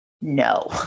no